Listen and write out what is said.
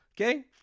Okay